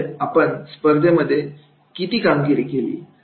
ते म्हणजे आपण स्पर्धमध्ये किती कामगिरी केली